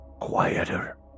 quieter